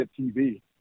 TV